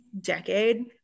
decade